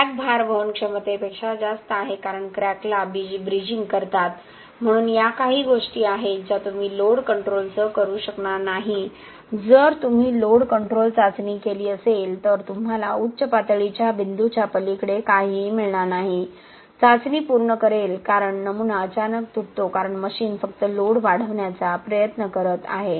crack भार वहन क्षमतेपेक्षा जास्त आहे कारण क्रॅकला ब्रिजिंग करतात म्हणून या काही गोष्टी आहेत ज्या तुम्ही लोड कंट्रोलसह करू शकणार नाही जर तुम्ही लोड कंट्रोल चाचणी केली असेल तर तुम्हाला उच्च पातळीच्या बिंदूच्या पलीकडे काहीही मिळणार नाही चाचणी पूर्ण करेल कारण नमुना अचानक तुटतो कारण मशीन फक्त लोड वाढवण्याचा प्रयत्न करत आहे